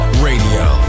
Radio